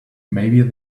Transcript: maybe